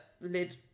lid